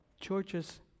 churches